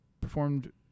performed